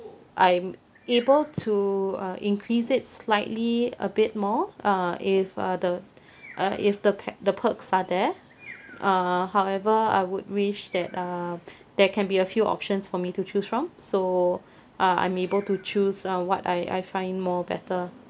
I'm able to uh increase it slightly a bit more uh if uh the uh if pe~ the perks are there uh however I would wish that uh there can be a few options for me to choose from so uh I'm able to choose uh what I I find more better